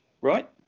right